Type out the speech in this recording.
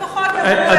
לפחות תדברו אמת, באמת.